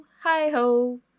hi-ho